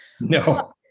No